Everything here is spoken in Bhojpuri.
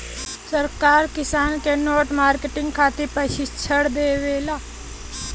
सरकार किसान के नेट मार्केटिंग खातिर प्रक्षिक्षण देबेले?